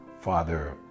father